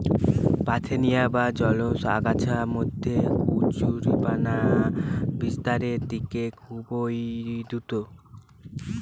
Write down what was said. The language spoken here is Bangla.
পার্থেনিয়াম বা জলজ আগাছার মধ্যে কচুরিপানা বিস্তারের দিক খুবই দ্রূত